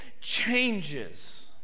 changes